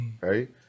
right